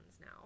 now